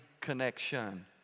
connection